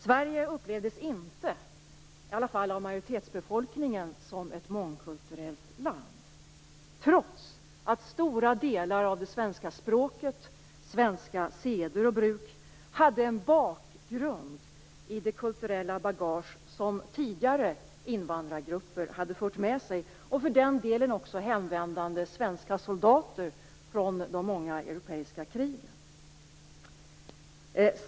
Sverige upplevdes inte, i alla fall av majoritetsbefolkningen, som ett mångkulturellt land, trots att stora delar av det svenska språket, svenska seder och bruk hade en bakgrund i det kulturella bagage som tidigare invandrargrupper hade fört med sig och, för den delen, också hemvändande svenska soldater från de många europeiska krigen.